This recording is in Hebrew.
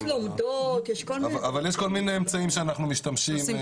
יש כל מיני אמצעים בהם אנחנו משתמשים.